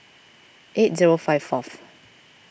eight zero five fourth